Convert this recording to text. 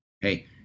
hey